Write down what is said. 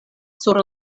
sur